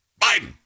Biden